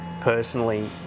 personally